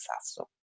Sasso